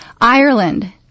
Ireland